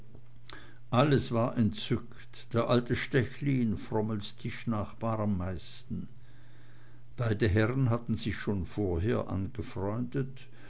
alles war entzückt der alte stechlin frommels tischnachbar am meisten beide herren hatten sich schon vorher angefreundet